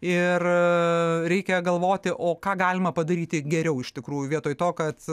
ir reikia galvoti o ką galima padaryti geriau iš tikrųjų vietoj to kad